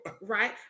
right